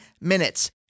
minutes